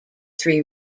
three